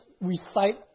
recite